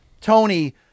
Tony